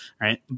right